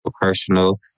personal